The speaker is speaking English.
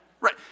Right